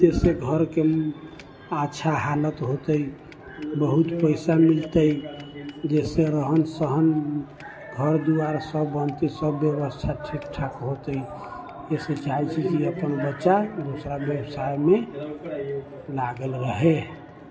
जैसे घरके अच्छा हालत होतै बहुत पैसा मिलतै जैसे रहन सहन घर दुआर सब बनतै सब व्यवस्था ठीकठाक होतै एहि से चाहै छी कि अपन बच्चा दोसरा व्यवसायमे लागल रहे